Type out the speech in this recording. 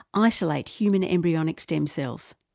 isolate human embryonic stem cells?